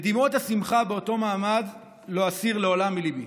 את דמעות השמחה באותו מעמד לא אסיר לעולם מליבי.